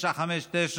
959,